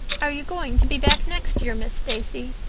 are you going to be back next year, miss stacy?